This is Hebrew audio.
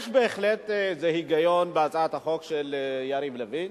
יש בהחלט איזה היגיון בהצעת החוק של יריב לוין.